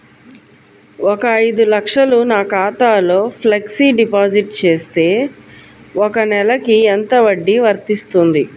ఒక ఐదు లక్షలు నా ఖాతాలో ఫ్లెక్సీ డిపాజిట్ చేస్తే ఒక నెలకి ఎంత వడ్డీ వర్తిస్తుంది?